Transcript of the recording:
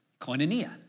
koinonia